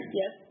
yes